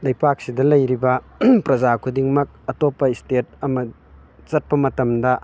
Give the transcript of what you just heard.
ꯂꯩꯄꯥꯛꯁꯤꯗ ꯂꯩꯔꯤꯕ ꯄ꯭ꯔꯖꯥ ꯈꯨꯗꯤꯡꯃꯛ ꯑꯇꯣꯞꯄ ꯏꯁꯇꯦꯠ ꯑꯃ ꯆꯠꯄ ꯃꯇꯝꯗ